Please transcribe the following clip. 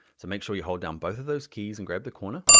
so make sure you hold down both of those keys and grab the corner,